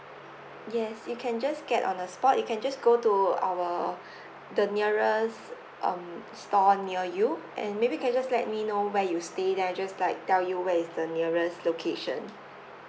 yes you can just get on the spot you can just go to our the nearest um store near you and maybe you can just let me know where you stay then I just like tell you where is the nearest location